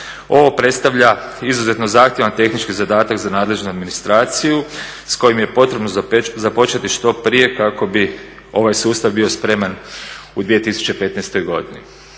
Ovo predstavlja izuzetno zahtjevan tehnički zadatak za nadležnu administraciju s kojim je potrebno započeti što prije kako bi ovaj sustav bio spreman u 2015.godini.